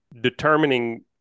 Determining